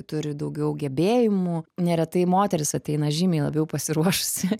turi daugiau gebėjimų neretai moterys ateina žymiai labiau pasiruošusi